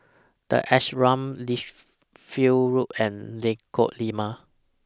The Ashram Lichfield Road and Lengkok Lima